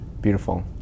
Beautiful